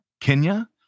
Kenya